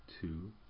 two